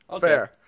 Fair